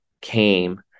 came